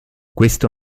questo